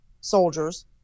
soldiers